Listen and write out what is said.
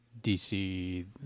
DC